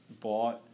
bought